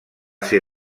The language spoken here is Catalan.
ser